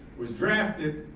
was drafted,